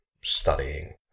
studying